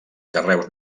carreus